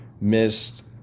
missed